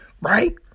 right